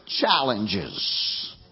challenges